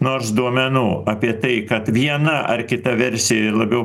nors duomenų apie tai kad viena ar kita versija labiau